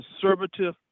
conservative